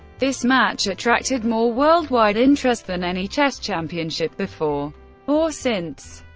this match attracted more worldwide interest than any chess championship before or since.